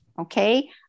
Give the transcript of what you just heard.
okay